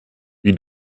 wie